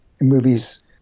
movies